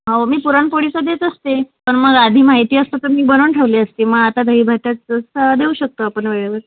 हो मी पुरणपोळीचा देत असते पण मग आधी माहिती असता तर मी बनवून ठेवली असती मग आता दही भात देऊ शकतो आपण वेळेवर